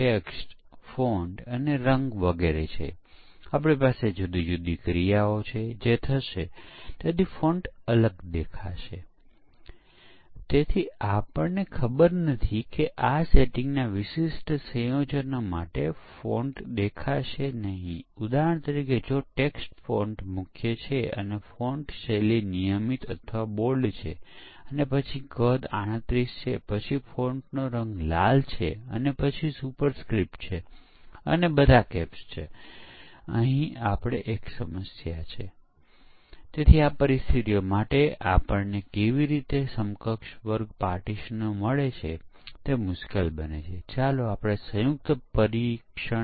દરેક ફિલ્ટર પછી કેટલીક ભૂલો દૂર થઈ જાય છે નવી ભૂલો દેખાય છે અને પછી આપણે એક અલગ પ્રકારનું ફિલ્ટર વાપરીએ છીએ અને તે પછી આ ફિલ્ટર પછી ટકી રહેલ ભૂલો તે જ ફિલ્ટરની વધુ એપ્લિકેશનો દ્વારા દૂર કરવામાં આવશે નહીં આપણે એક નવા ફિલ્ટર્સ અથવા નવી ભૂલ કાઢવાની તકનીકનો ઉપયોગ કરીશું